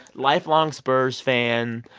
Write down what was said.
lifelong spurs fan.